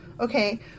Okay